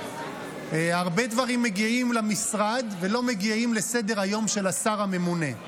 הרבה דברים מגיעים למשרד ולא מגיעים לסדר-היום של השר הממונה.